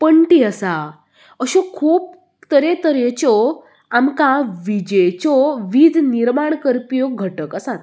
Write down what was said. पण्टी आसा अश्यो खूब तरे तरेच्यो आमकां विजेच्यो वीज निर्माण करप्यो घटक आसात